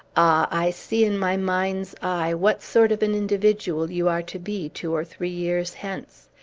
i see, in my mind's eye, what sort of an individual you are to be, two or three years hence.